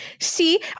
See